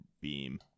beam